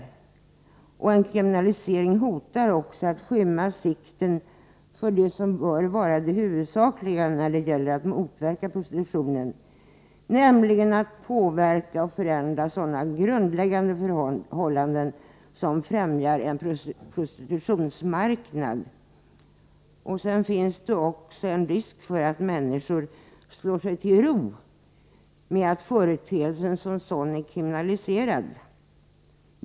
En kriminalisering hotar också att skymma sikten för det som bör vara det huvudsakliga när det gäller att motverka prostitutionen, nämligen att påverka och förändra sådana grundläggande förhållanden som främjar en prostitutionsmarknad. Det finns också en risk för att människor slår sig till ro med att företeelsen som sådan är kriminaliserad.